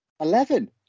Eleven